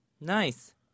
Nice